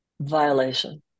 violation